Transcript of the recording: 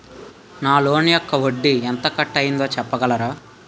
నా లోన్ యెక్క వడ్డీ ఎంత కట్ అయిందో చెప్పగలరా?